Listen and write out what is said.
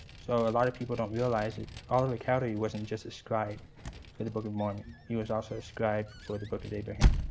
so a lot of people don't realize is oliver cowdery wasn't just a scribe for the book of mormon. he was also a scribe for the book of abraham,